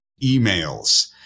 emails